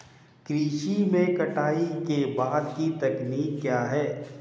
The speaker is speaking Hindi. कृषि में कटाई के बाद की तकनीक क्या है?